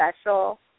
special